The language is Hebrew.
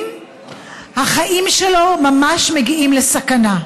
החיים שלו ממש מגיעים לסכנה.